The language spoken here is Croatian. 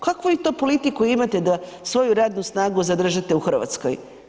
Kakvu vi to politiku imate da svoju radnu snagu zadržite u Hrvatskoj?